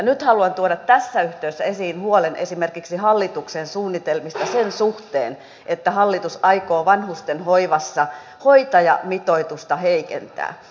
nyt haluan tuoda tässä yhteydessä esiin huolen esimerkiksi hallituksen suunnitelmista sen suhteen että hallitus aikoo vanhusten hoivassa hoitajamitoitusta heikentää